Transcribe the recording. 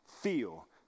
Feel